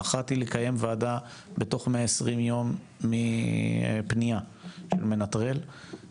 הראשונה היא לקיים ועדה בתוך 120 ימים מפנייה של מנטרל,